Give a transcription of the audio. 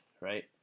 right